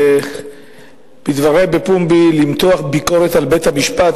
בדברי בפומבי למתוח ביקורת על בית-המשפט,